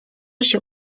się